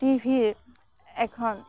T ভিৰ এখন